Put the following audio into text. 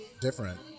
different